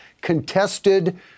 contested